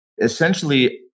essentially